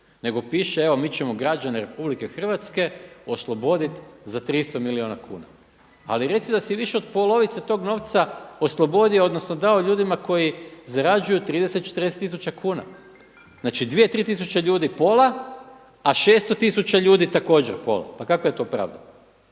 nego piše evo mi ćemo građane RH oslobodit za 300 milijuna kuna. Ali reci da si više od polovice tog novca oslobodio, odnosno dao ljudima koji zarađuju 30, 40000 kuna. Znači 2, 3000 ljudi pola, a 600 tisuća ljudi također pola. Pa kakva je to pravda?